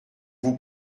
vous